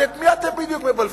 אז את מי אתם בדיוק מבלפים?